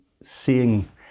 seeing